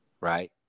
Right